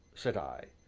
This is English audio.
said i.